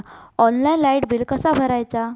Online light bill कसा भरायचा?